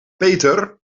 peter